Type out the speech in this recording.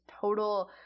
total